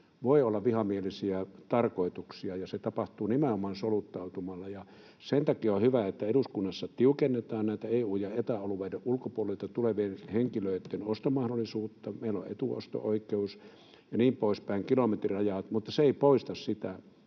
voi olla vihamielisiä tarkoituksia ja se tapahtuu nimenomaan soluttautumalla. Sen takia on hyvä, että eduskunnassa tiukennetaan EU:n ja Eta-alueiden ulkopuolelta tulevien henkilöitten ostomahdollisuutta. Meillä on etuosto-oikeus ja niin pois päin, kilometrirajat, mutta se ei poista sitä